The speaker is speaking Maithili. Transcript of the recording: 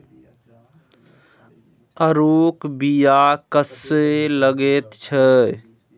आड़ूक बीया कस्सो लगैत छै